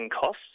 costs